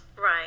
right